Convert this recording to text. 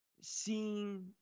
seeing